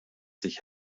sich